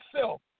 self